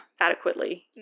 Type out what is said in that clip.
adequately